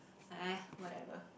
eh whatever